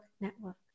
network